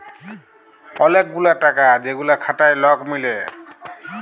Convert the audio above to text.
ওলেক গুলা টাকা যেগুলা খাটায় লক মিলে